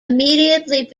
immediately